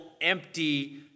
empty